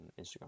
Instagram